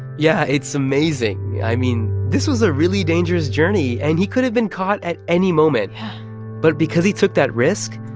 yeah, it's amazing. i mean, this was a really dangerous journey, and he could have been caught at any moment yeah but because he took that risk,